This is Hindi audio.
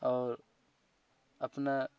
और अपना